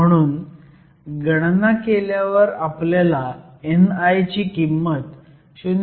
म्हणून गणना केल्यावर आपल्याला ni ची किंमत 0